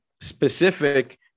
specific